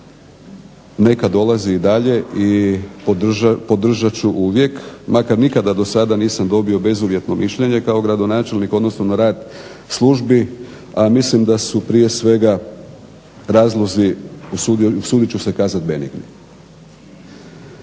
Neka dolazi i dalje i podržat ću uvijek, makar nikada do sada nisam dobio bezuvjetne mišljenje kao gradonačelnik, odnosno na rad službi, a mislim da su prije svega razlozi usudit ću se kazati benigni.